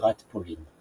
בירת פולין.